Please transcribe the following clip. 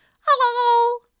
Hello